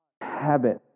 habit